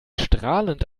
strahlend